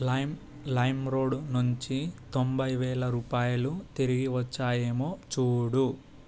lime lime road నుండి తొంభై వేల రూపాయలు తిరిగివచ్చాయేమో చూడు